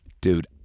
Dude